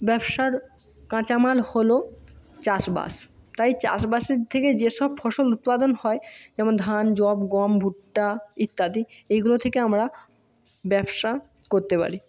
ব্যবসার কাঁচামাল হল চাষবাস তাই চাষবাসের থেকে যে সব ফসল উৎপাদন হয় যেমন ধান যব গম ভুট্টা ইত্যাদি এগুলো থেকে আমরা ব্যবসা করতে পারি